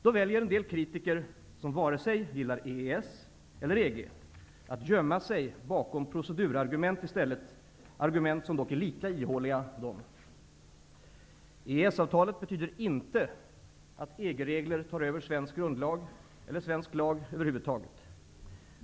Då väljer en del kritiker som varken gillar EES eller EG att gömma sig bakom procedurargument i stället, argument som dock är lika ihåliga. EES-avtalet betyder inte att EG-regler tar över svensk grundlag eller svensk lag över huvud taget.